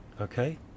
okay